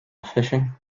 fishing